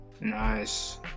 Nice